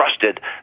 trusted